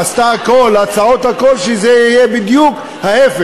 היא עשתה הכול, הצעות, הכול, שזה יהיה בדיוק ההפך.